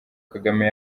kagame